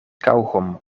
kauwgom